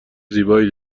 زیبایی